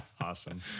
Awesome